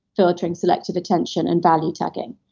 filtering selective attention and value tagging.